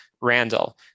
Randall